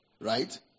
right